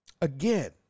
Again